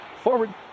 forward